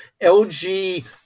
LG